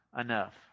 enough